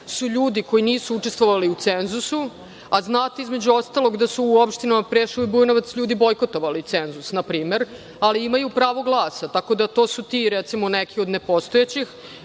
su ljudi koji nisu učestvovali u cenzusu, a znate, između ostalog, da su u opštinama Preševo i Bujanovac ljudi bojkotovali cenzus, na primer, ali imaju pravo glasa, tako da su to ti, recimo, neki od nepostojećih.